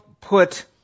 put